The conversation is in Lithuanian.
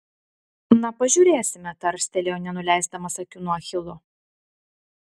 na pažiūrėsime tarstelėjo nenuleisdamas akių nuo achilo